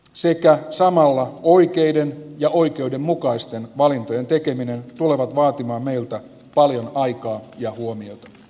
sekä samalla oikeiden ja oikeudenmukaisten valintojen tekeminen tulevat vaatimaan meiltä paljon aikaa ja puomin